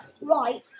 right